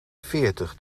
veertig